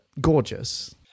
gorgeous